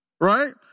Right